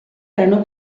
erano